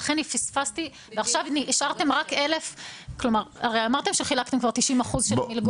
ולכן פספסתי ונשאר רק 1,000. הרי אמרתם שחילקתם כבר 90% של מלגות.